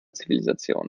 zivilisation